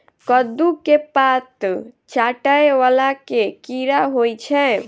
कद्दू केँ पात चाटय वला केँ कीड़ा होइ छै?